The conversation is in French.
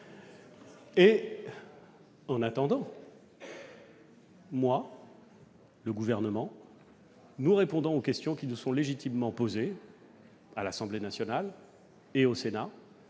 ! En attendant, le Gouvernement et moi-même nous répondons aux questions qui nous sont légitimement posées à l'Assemblée nationale et au Sénat.